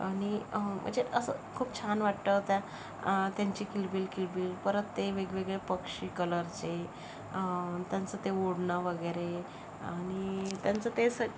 आणि म्हणजे असं खूप छान वाटतं त्यांची किलबिल किलबिल परत ते वेगवेगळे पक्षी कलरचे त्यांचं ते उडणं वगैरे आणि त्यांचं ते स